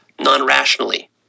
non-rationally